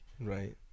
Right